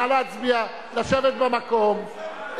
לשבת במקום.